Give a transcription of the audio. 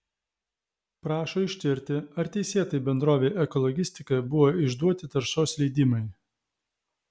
prašo ištirti ar teisėtai bendrovei ekologistika buvo išduoti taršos leidimai